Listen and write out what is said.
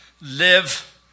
live